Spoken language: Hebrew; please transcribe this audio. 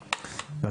לו,